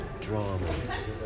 dramas